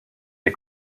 est